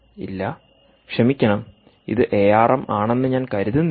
ഇല്ല ക്ഷമിക്കണം ഇത് എ ആർ എം ആണെന്ന് ഞാൻ കരുതുന്നില്ല